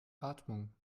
atmung